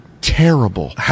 terrible